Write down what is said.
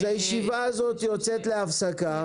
אז הישיבה הזאת יוצאת להפסקה,